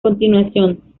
continuación